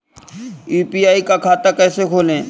UPI का खाता कैसे खोलें?